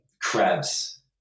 crabs